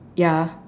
ya